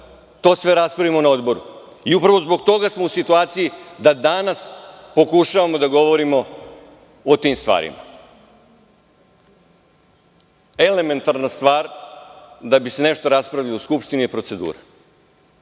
to sve raspravimo na odboru. Upravo zbog toga smo u situaciji da danas pokušavamo da govorimo o tim stvarima. Elementarna stvar da bi se nešto raspravilo u Skupštini je procedura.